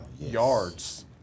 yards